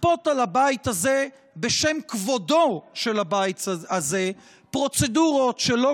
לכפות על הבית הזה בשם כבודו של הבית הזה פרוצדורות שלא